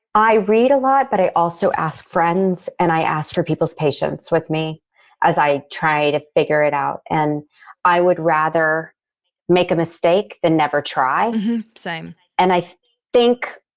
i read a lot. but i also asked friends and i asked for people's patience with me as i try to figure it out. and i would rather make a mistake than never try same and i think